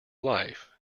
life